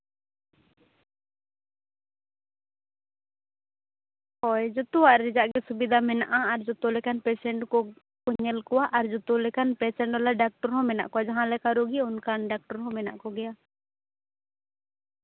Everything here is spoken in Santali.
ᱦᱳᱭ ᱡᱚᱛᱚᱣᱟᱜ ᱨᱮᱭᱟᱜ ᱜᱮ ᱥᱩᱵᱤᱫᱟ ᱢᱮᱱᱟᱜᱼᱟ ᱟᱨ ᱡᱚᱛᱚ ᱞᱮᱠᱟᱱ ᱯᱮᱥᱮᱱᱴ ᱠᱚᱜᱮ ᱠᱚ ᱧᱮᱞ ᱠᱚᱣᱟ ᱟᱨ ᱡᱚᱛᱚ ᱞᱮᱠᱟᱱ ᱯᱮᱥᱮᱱᱴ ᱵᱟᱞᱟ ᱰᱟᱠᱴᱚᱨ ᱦᱚᱸ ᱢᱮᱱᱟᱜ ᱠᱚᱣᱟ ᱡᱟᱦᱟᱸᱞᱮᱠᱟᱱ ᱨᱩᱜᱤ ᱚᱱᱠᱟᱱ ᱰᱟᱠᱴᱚᱨ ᱦᱚᱸ ᱢᱮᱱᱟᱜ ᱠᱚᱜᱮᱭᱟ